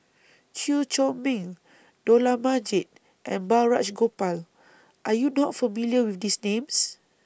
Chew Chor Meng Dollah Majid and Balraj Gopal Are YOU not familiar with These Names